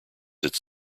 its